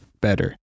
better